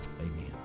Amen